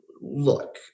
look